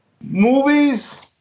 Movies